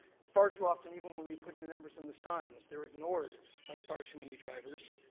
far too often even when we put numbers on the science they're ignored by far too many drivers.